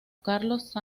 carlos